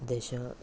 दश